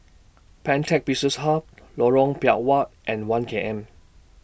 Pantech Business Hub Lorong Biawak and one K M